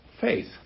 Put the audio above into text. faith